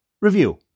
review